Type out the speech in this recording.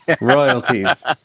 Royalties